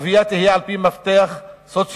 הגבייה תהיה על-פי מפתח סוציו-אקונומי,